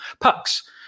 Pucks